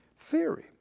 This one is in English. theory